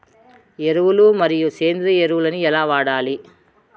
ఎరువులు మరియు సేంద్రియ ఎరువులని ఎలా వాడాలి?